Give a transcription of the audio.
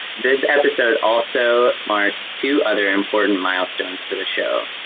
this episode also marks two other important milestones for the show.